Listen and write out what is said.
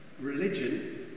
Religion